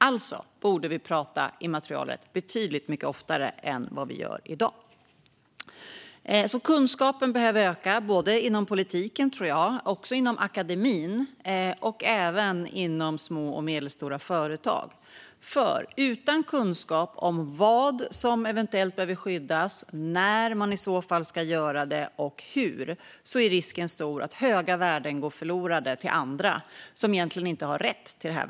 Alltså borde vi prata immaterialrätt betydligt oftare än vi gör i dag. Kunskapen behöver öka både inom politiken, inom akademin och även hos många små och medelstora företag. Utan kunskap om vad som eventuellt behöver skyddas, när man ska göra det och hur man ska göra det är risken stor för att stora värden går förlorade till andra som egentligen inte har rätt till dem.